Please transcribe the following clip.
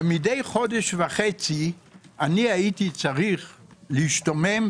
ומדי חודש וחצי אני הייתי צריך להשתומם,